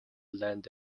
land